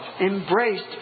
embraced